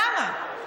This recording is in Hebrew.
למה?